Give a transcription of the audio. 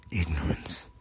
ignorance